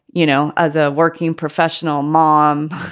you know, as a working professional mom,